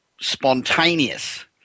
spontaneous